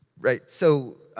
right, so,